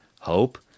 hope